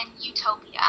utopia